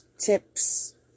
Tips